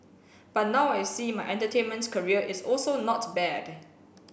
but now I see my entertainments career is also not bad